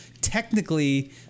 technically